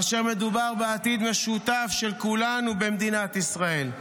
באשר מדובר בעתיד משותף של כולנו במדינת ישראל.